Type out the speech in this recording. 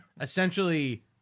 essentially